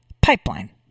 pipeline